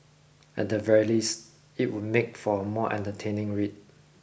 at the very least it would make for a more entertaining read